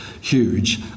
huge